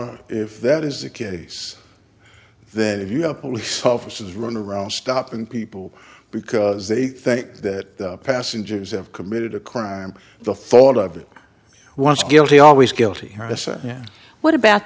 or if that is the case then if you have police officers running around stopping people because they think that passengers have committed a crime the thought of it once guilty always guilty or innocent and what about